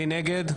מי נגד?